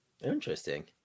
Interesting